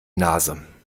nase